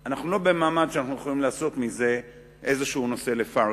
אנחנו לא במעמד שאנחנו יכולים לעשות מזה איזה נושא לפארסה,